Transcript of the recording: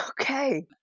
Okay